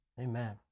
Amen